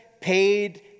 paid